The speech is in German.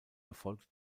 erfolgt